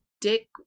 Dick